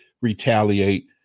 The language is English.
retaliate